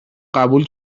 قبول